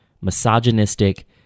misogynistic